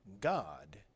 God